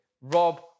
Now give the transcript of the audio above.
Rob